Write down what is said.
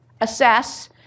assess